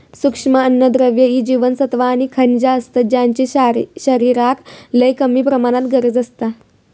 सूक्ष्म अन्नद्रव्य ही जीवनसत्वा आणि खनिजा असतत ज्यांची शरीराक लय कमी प्रमाणात गरज असता